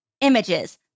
images